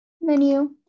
menu